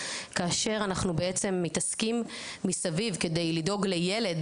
כאשר אנחנו בעצם מתעסקים מסביב כדי לדאוג לילד,